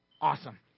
awesome